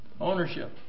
Ownership